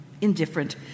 indifferent